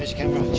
ah camera.